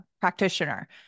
practitioner